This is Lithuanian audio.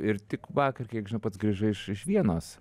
ir tik vakar kiek pats grįžai iš iš vienos